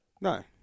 No